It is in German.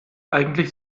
eigentlich